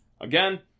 Again